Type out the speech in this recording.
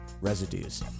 Residues